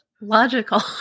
logical